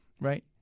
right